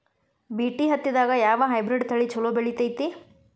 BT ಹತ್ತಿದಾಗ ಯಾವ hybrid ತಳಿ ಛಲೋ ಬೆಳಿತೈತಿ?